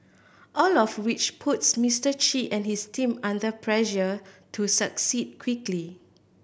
all of which puts Mister Chi and his team under pressure to succeed quickly